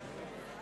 נוכח?